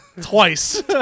Twice